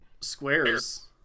Squares